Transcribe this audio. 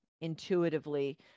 intuitively